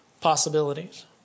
possibilities